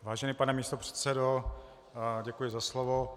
Vážený pane místopředsedo, děkuji za slovo.